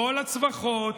כל הצווחות,